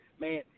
man